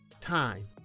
Time